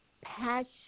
passion